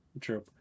True